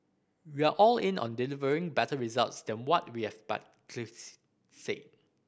we are all in on delivering better results than what we have said